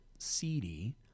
Seedy